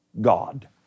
God